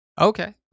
Okay